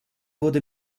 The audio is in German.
wurde